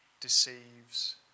deceives